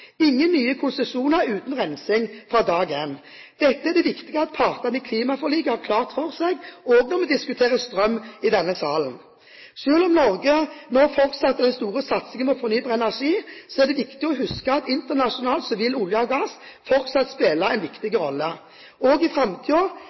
ingen nye konsesjoner uten rensing fra dag én. Dette er det viktig at partene i klimaforliket har klart for seg også når vi diskuterer strøm i denne salen. Selv om Norge nå fortsetter den store satsingen på fornybar energi, er det viktig å huske at internasjonalt vil olje og gass fortsette å spille en viktig